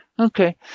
Okay